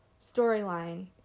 storyline